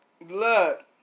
Look